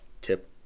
tip